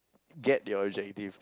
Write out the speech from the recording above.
get the objective